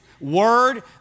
word